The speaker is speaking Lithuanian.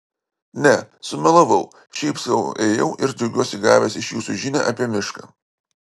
ne sumelavau šiaip sau ėjau ir džiaugiuosi gavęs iš jūsų žinią apie mišką